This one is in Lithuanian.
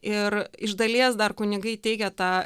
ir iš dalies dar kunigai teikė tą